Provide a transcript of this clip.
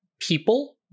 people